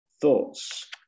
thoughts